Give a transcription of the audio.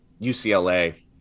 UCLA